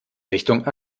richtung